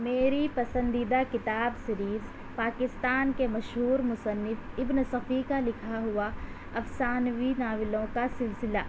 میری پسندیدہ کتاب سیریز پاکستان کے مشہور مصنف ابن صفی کا لکھا ہوا افسانوی ناولوں کا سلسلہ